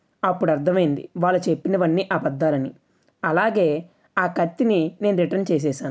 అప్పుడు అర్థమైంది వాళ్ళు చెప్పినవన్నీ అబద్ధాలని అలాగే ఆ కత్తిని నేను రిటర్న్ చేసేసాను